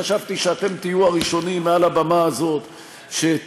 חשבתי שאתם תהיו הראשונים מעל הבמה הזו שתסבירו